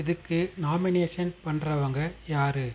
இதுக்கு நாமினேஷன் பண்ணுறவங்க யாரு